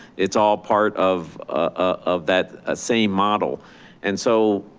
it's all part of ah of that ah same model and so